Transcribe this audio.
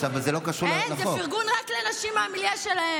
עלוב נפש, זה מה שאתה.